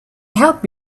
help